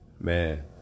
man